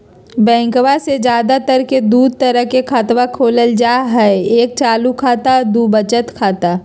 बैंकवा मे ज्यादा तर के दूध तरह के खातवा खोलल जाय हई एक चालू खाता दू वचत खाता